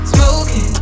Smoking